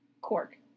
cork